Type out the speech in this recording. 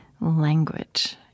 language